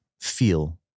feel